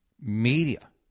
media